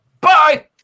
Bye